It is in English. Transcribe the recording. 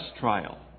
trial